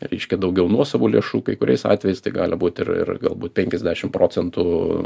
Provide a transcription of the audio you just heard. reiškia daugiau nuosavų lėšų kai kuriais atvejais tai gali būt ir ir galbūt penkiasdešimt procentų